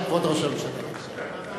כבוד ראש הממשלה, בבקשה.